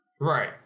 Right